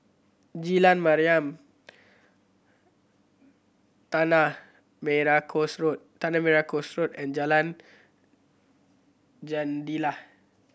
Jalan Mariam Tanah Merah Coast Road Tanah Merah Coast Road and Jalan Jendela